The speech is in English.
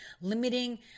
limiting